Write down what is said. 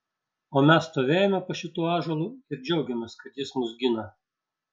o mes stovėjome po šituo ąžuolu ir džiaugėmės kad jis mus gina